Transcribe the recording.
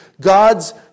God's